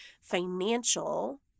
financial